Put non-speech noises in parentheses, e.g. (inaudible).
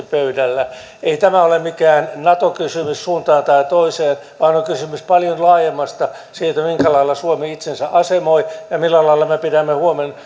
(unintelligible) pöydällä ei tämä ole mikään nato kysymys suuntaan tai toiseen vaan on kysymys paljon laajemmasta siitä millä lailla suomi itsensä asemoi ja millä lailla me me pidämme